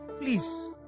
Please